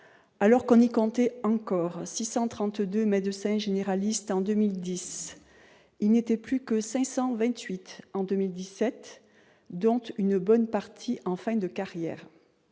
Alors qu'on y comptait encore 632 médecins généralistes en 2010, ils n'étaient plus que 528 en 2017, dont une bonne partie en fin de carrière.